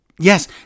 Yes